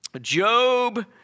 Job